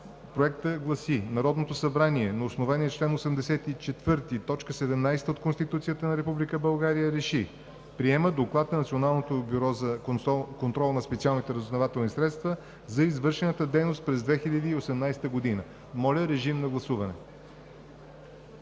Проектът гласи: „Народното събрание на основание чл. 84, т. 17 от Конституцията на Република България РЕШИ: Приема Доклад на Националното бюро за контрол на специалните разузнавателни средства за извършената дейност през 2018 г.“ Моля, режим на гласуване.